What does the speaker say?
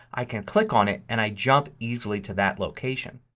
i can click on it and i jump easily to that location.